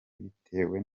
bitewe